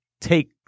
take